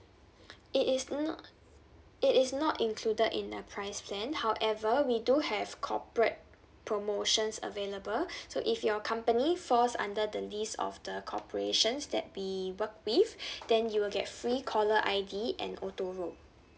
it is not it is not included in the price plan however we do have corporate promotions available so if your company falls under the list of the corporations that we work with then you will get free caller I_D and auto roam